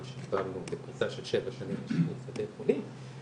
שקיבלנו בפריסה של שבע שנים לאשפוז בבתי חולים,